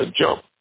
jump